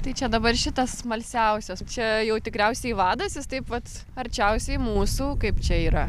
tai čia dabar šitas smalsiausias čia jau tikriausiai vadas jis taip vat arčiausiai mūsų kaip čia yra